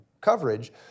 coverage